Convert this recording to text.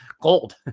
gold